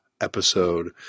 episode